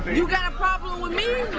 you got a problem with me,